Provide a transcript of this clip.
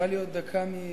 נשארה לי עוד דקה ממופז.